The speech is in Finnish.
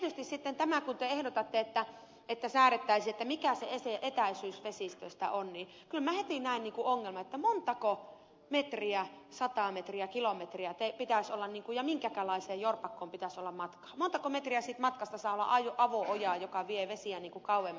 tietysti sitten tämä kun te ehdotatte että säädettäisiin mikä se etäisyys vesistöistä on niin kyllä minä heti näen ongelman että montako metriä sataa metriä kilometriä ja minkälaiseen jorpakkoon pitäisi olla matkaa ja montako metriä siitä matkasta saa olla avo ojaa joka veisi vesiä kauemmaksi